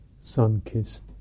sun-kissed